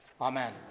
amen